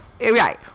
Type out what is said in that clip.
Right